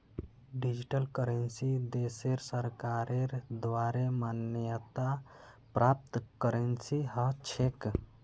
digital currency देशेर सरकारेर द्वारे मान्यता प्राप्त करेंसी ह छेक